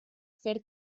fer